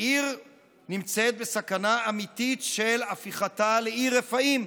העיר נמצאת בסכנה אמיתית של הפיכתה לעיר רפאים,